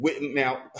Now